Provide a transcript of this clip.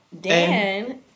Dan